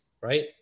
right